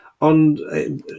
on